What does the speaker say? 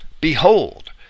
behold